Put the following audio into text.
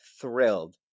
thrilled